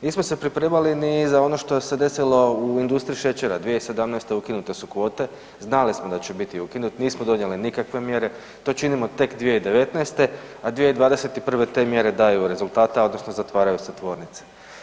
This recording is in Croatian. Nismo se pripremali ni za ono što se desilo u industriji šećera, 2017. ukinute su kvote, znali smo da će biti ukinute, nismo donijeli nikakve mjere, to činimo tek 2019., a 2021. te mjere daju rezultata odnosno zatvaraju se tvornice.